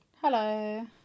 Hello